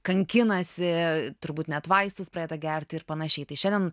kankinasi turbūt net vaistus pradeda gerti ir panašiai tai šiandien